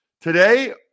Today